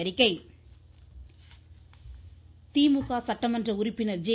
அன்பழகன் திமுக சட்டமன்ற உறுப்பினர் ஜெ